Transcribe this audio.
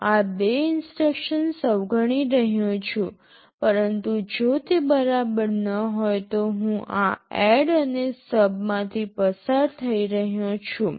હું આ બે ઇન્સટ્રક્શનસ અવગણી રહ્યો છું પરંતુ જો તે બરાબર ન હોય તો હું આ ADD અને SUB માંથી પસાર થઈ રહ્યો છું